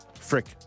Frick